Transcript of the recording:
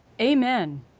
Amen